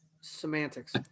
Semantics